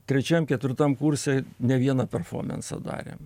trečiam ketvirtam kurse ne vieną performansą darėm